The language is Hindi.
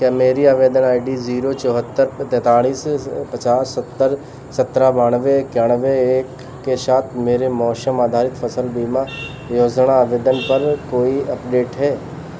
क्या मेरी आवेदन आई डी ज़ीरो चौहत्तर तेँतालिस पचास सत्तर सतरह बेरानवे इक्यानवे एक के साथ मेरे मौसम आधारित फ़सल बीमा योज़ना आवेदन पर कोई अपडेट है